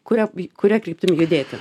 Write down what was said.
kuria kuria kryptim judėti